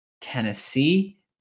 Tennessee